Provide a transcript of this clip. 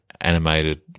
animated